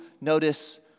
notice